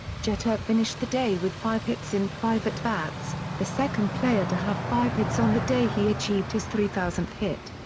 jeter finished the day with five hits in five at-bats, the second player to have five hits on the day he achieved his three thousandth hit.